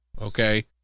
Okay